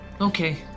Okay